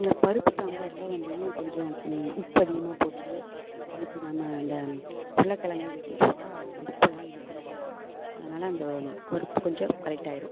இந்த பருப்பு சாம்பாரில் வந்துங்க கொஞ்சம் உப்பு அதிகமாக போச்சுன்னால் அதுக்கு நாம் இந்த உருளக்கெழங்கை வெட்டிப் போட்டா அந்த உப்பெல்லாம் இழுத்துக்குங்க அதனால் அந்த பருப்பு கொஞ்சம் கரெக்ட் ஆயிடும்